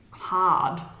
Hard